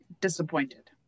Disappointed